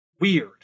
weird